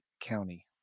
County